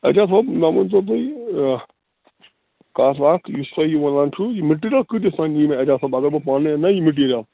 ایجاز صٲب مےٚ ؤنۍتو تُہۍ یہِ کَتھ اَکھ یُس تۄہہِ یہِ وَنان چھُو یہِ مٹیٖرل کٕتِس تانۍ یِیہِ مےٚ ایجاز صٲب اگر بہٕ پانے انہٕ نا یہِ مِٹیٖرل